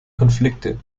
konflikte